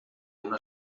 una